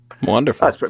Wonderful